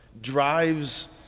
drives